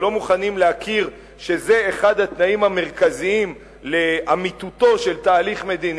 אבל לא מוכנים להכיר שזה אחד התנאים המרכזיים לאמיתותו של תהליך מדיני,